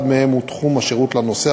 אחד מהם הוא תחום השירות לנוסע,